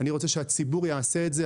אני רוצה שהציבור יעשה את זה.